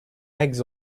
eggs